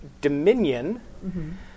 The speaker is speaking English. Dominion